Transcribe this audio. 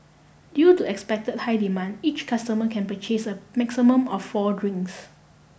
due to expect high demand each customer can purchase a maximum of four drinks